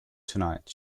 tonight